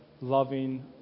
loving